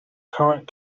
current